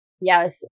Yes